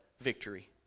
victory